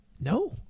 no